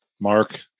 Mark